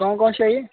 कौन कौन से चाहिए